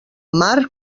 mar